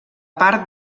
part